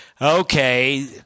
okay